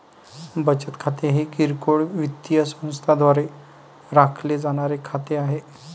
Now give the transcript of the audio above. बचत खाते हे किरकोळ वित्तीय संस्थांद्वारे राखले जाणारे खाते आहे